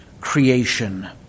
creation